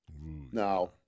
Now